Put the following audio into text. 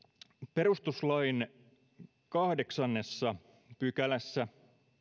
perustuslain kahdeksannessa pykälässä